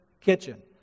kitchen